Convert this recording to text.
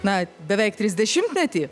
na beveik trisdešimtmetį